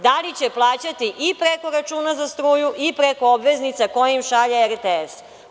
Da li će plaćati i preko računa za struju i preko obveznica koje im šalje RTS?